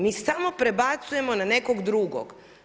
Mi samo prebacujemo na nekog drugog.